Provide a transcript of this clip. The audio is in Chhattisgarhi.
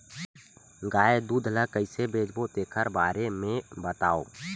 गाय दूध ल कइसे बेचबो तेखर बारे में बताओ?